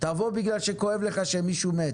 תבוא בגלל שכואב לך שמישהו מת.